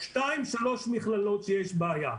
נותרו שתיים שלוש מכללות שיש בעיה.